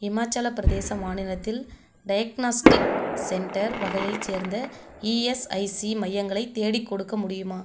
இமாச்சலப் பிரதேச மாநிலத்தில் diagnostic centre வகையைச் சேர்ந்த இஎஸ்ஐசி மையங்களைத் தேடிக்கொடுக்க முடியுமா